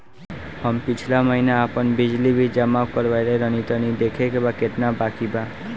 हम पिछला महीना आपन बिजली बिल जमा करवले रनि तनि देखऽ के बताईं केतना बाकि बा?